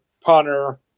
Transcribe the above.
punter